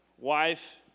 Wife